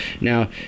Now